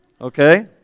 okay